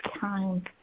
time